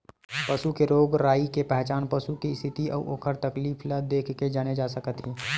पसू के रोग राई के पहचान पसू के इस्थिति अउ ओखर तकलीफ ल देखके जाने जा सकत हे